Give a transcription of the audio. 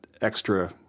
extra